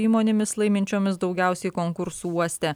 įmonėmis laiminčiomis daugiausiai konkursų uoste